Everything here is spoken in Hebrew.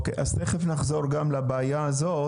אוקיי אז תכף נחזור גם לבעיה הזאת.